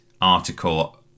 article